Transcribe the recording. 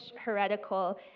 heretical